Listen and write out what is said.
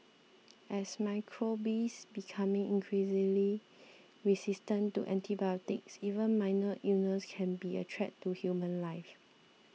as microbes become increasingly resistant to antibiotics even minor illnesses can be a threat to human life